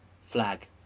flag